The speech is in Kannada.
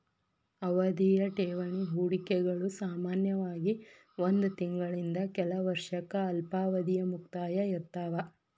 ಅವಧಿಯ ಠೇವಣಿ ಹೂಡಿಕೆಗಳು ಸಾಮಾನ್ಯವಾಗಿ ಒಂದ್ ತಿಂಗಳಿಂದ ಕೆಲ ವರ್ಷಕ್ಕ ಅಲ್ಪಾವಧಿಯ ಮುಕ್ತಾಯ ಇರ್ತಾವ